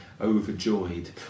overjoyed